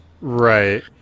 Right